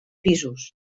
pisos